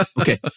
Okay